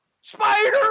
Spider